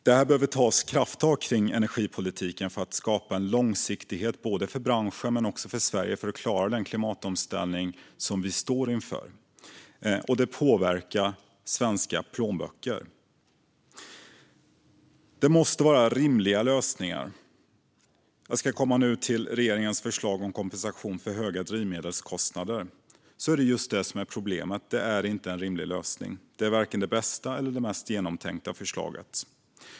Det behöver tas krafttag kring energipolitiken för att skapa en långsiktighet, både för branschen och för Sverige, för att vi ska klara den klimatomställning vi står inför. Detta påverkar svenska plånböcker. Det måste vara rimliga lösningar. Jag ska nu komma till regeringens förslag om kompensation för höga drivmedelskostnader. Problemet är just att detta inte är en rimlig lösning. Det är varken det bästa eller det mest genomtänkta förslaget.